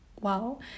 wow